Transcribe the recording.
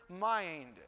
mind